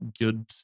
good